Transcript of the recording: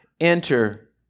enter